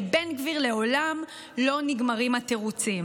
לבן גביר לעולם לא נגמרים התירוצים.